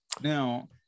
Now